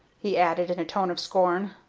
he added, in a tone of scorn.